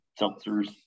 seltzers